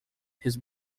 his